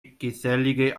gesellige